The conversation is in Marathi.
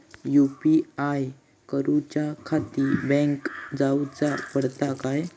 यू.पी.आय करूच्याखाती बँकेत जाऊचा पडता काय?